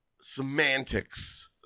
semantics